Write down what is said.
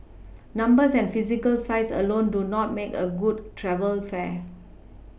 numbers and physical size alone do not make a good travel fair